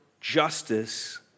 justice